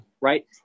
right